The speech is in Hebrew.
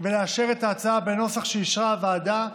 ולאשר את ההצעה בנוסח שאישרה הוועדה,